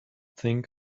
think